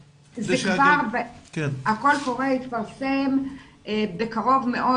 הקול קורא יתפרסם בקרוב מאוד,